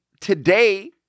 today